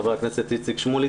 חבר הכנסת איציק שמולי,